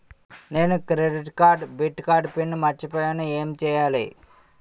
నేను credit card debit card PIN మర్చిపోయేను ఎం చెయ్యాలి?